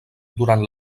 durant